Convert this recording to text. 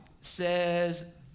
says